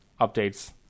updates